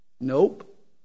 Nope